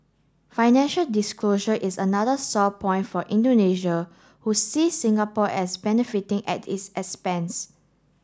financial disclosure is another sore point for Indonesia who sees Singapore as benefiting at its expense